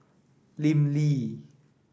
Lim Lee